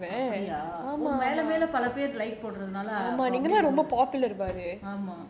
அப்டியா மேல மேல பல பேரு:apdiyaa maela maela palapaeru like போடுறதுனால அப்ப அப்டியே ஆமா:podurathunaala appa apdiyae aama